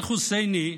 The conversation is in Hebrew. אל-חוסייני,